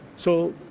so